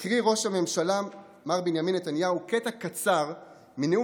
הקריא ראש הממשלה מר בנימין נתניהו קטע קצר מנאום